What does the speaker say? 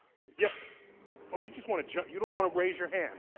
yeah oh, you just want to ju you don't want to raise your hand.